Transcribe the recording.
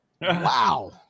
wow